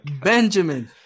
Benjamin